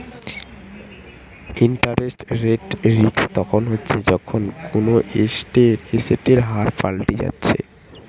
interest rate risk তখন হচ্ছে যখন কুনো এসেটের হার পাল্টি যাচ্ছে